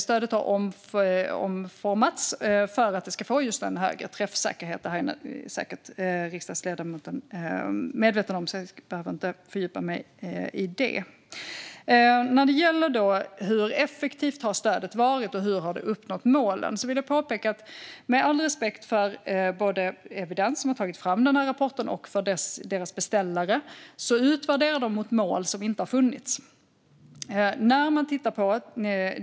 Stödet har omformats för att det ska få just en högre träffsäkerhet. Det är riksdagsledamoten säkert medveten om, så jag behöver inte fördjupa mig i det. När det gäller hur effektivt stödet har varit och hur det har uppnått målen vill jag, med all respekt för Evidens som har tagit fram rapporten och för dess beställare, påpeka att de utvärderar mot mål som inte har funnits.